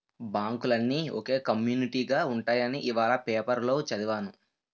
బాంకులన్నీ ఒకే కమ్యునీటిగా ఉంటాయని ఇవాల పేపరులో చదివాను